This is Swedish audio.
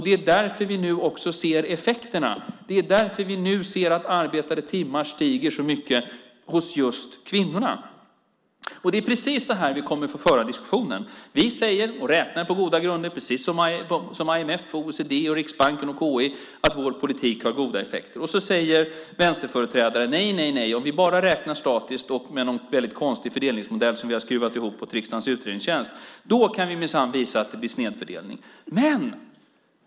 Det är därför vi nu också ser effekterna. Det är därför vi nu ser att arbetade timmar stiger så mycket hos just kvinnorna. Det är precis så här vi kommer att få föra diskussionen. Vi ser på goda grunder, precis som IMF, OECD, Riksbanken och KI, att vår politik har goda effekter. Vänsterföreträdare säger nej, nej och nej. Om man bara räknar statiskt och med någon väldigt konstig fördelningsmodell som de har skruvat ihop på riksdagens utredningstjänst kan de minsann visa att det blir snedfördelning.